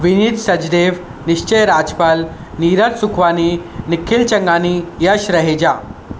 Vineet Sachdev Nishchay Rajpal Neeraj Sukhwani Nikhil Changani Yash Raheja